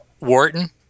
Wharton